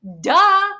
Duh